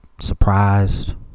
surprised